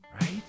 Right